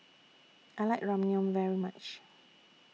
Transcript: I like Ramyeon very much